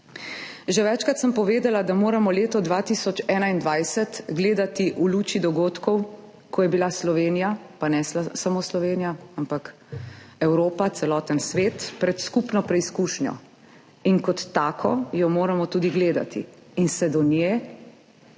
Že večkrat sem povedala, da moramo leto 2021 gledati v luči dogodkov, ko je bila Slovenija, pa ne samo Slovenija, ampak tudi Evropa, celoten svet, pred skupno preizkušnjo. Kot tako jo moramo gledati in se do nje